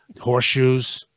Horseshoes